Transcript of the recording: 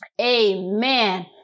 Amen